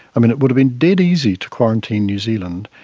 i mean, it would have been dead easy to quarantine new zealand.